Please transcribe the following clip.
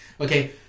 Okay